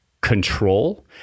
control